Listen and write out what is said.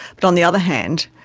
but on the other hand,